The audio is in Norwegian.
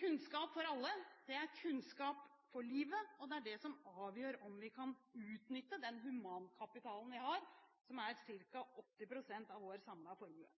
Kunnskap for alle er kunnskap for livet, og det er det som avgjør om vi kan utnytte den humankapitalen vi har, som er ca. 80 pst. av vår samlede formue.